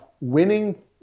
winning